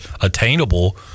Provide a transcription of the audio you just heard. attainable